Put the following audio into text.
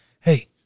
Hey